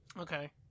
Okay